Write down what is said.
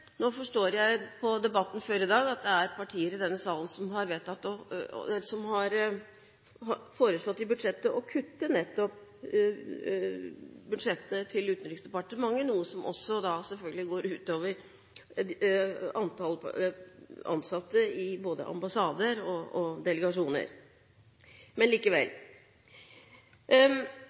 Nå forstår jeg av debatten før i dag at det er partier i denne salen som har foreslått å kutte i budsjettet, nettopp til Utenriksdepartementet, noe som da selvfølgelig også går ut over antall ansatte i både ambassader og delegasjoner. Likevel: Det er en stor del av vår bistand som kanaliseres nettopp via multilaterale programmer, og